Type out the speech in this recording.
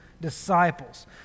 disciples